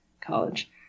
college